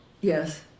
Yes